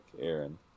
Aaron